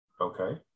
okay